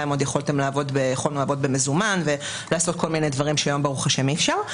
עוד יכולנו לעבוד במזומן ולעשות כל מיני דברים שהיום ברוך השם אי אפשר.